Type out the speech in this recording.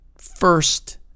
First